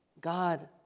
God